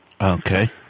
Okay